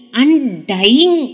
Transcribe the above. undying